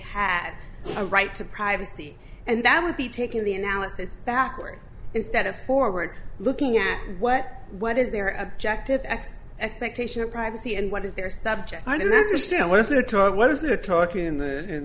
had a right to privacy and that would be taking the analysis backward instead of forward looking at what what is their objective x expectation of privacy and what is their subject i don't understand what is